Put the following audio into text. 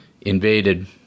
invaded